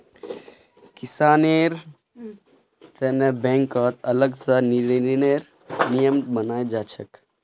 किसानेर तने बैंकक अलग स ऋनेर नियम बना छेक